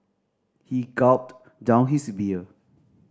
he gulped down his beer